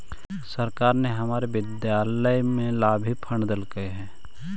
सरकार ने हमारे विद्यालय ला भी फण्ड देलकइ हे